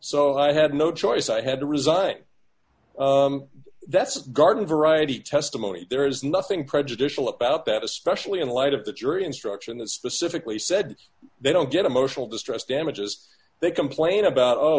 so i had no choice i had to resign that's garden variety testimony there is nothing prejudicial about that especially in light of the jury instruction that specifically said they don't get emotional distress damages they complain about oh